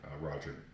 Roger